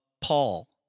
Paul